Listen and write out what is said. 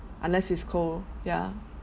unless it's cold yeah